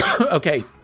Okay